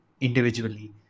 individually